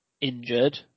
injured